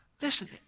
listen